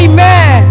Amen